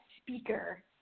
speaker